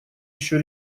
еще